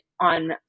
on